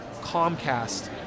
Comcast